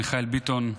מיכאל ביטון,